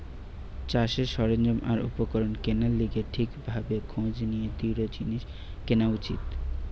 চাষের সরঞ্জাম আর উপকরণ কেনার লিগে ঠিক ভাবে খোঁজ নিয়ে দৃঢ় জিনিস কেনা উচিত